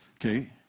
Okay